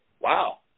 Wow